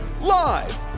Live